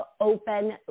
open